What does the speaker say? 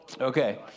Okay